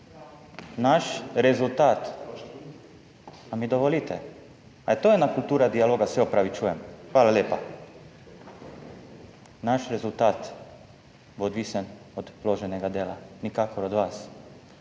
iz klopi/ A mi dovolite? Ali je to ena kultura dialoga, se opravičujem. Hvala lepa. Naš rezultat bo odvisen od vloženega dela, nikakor od vas.